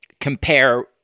compare